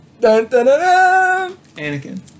Anakin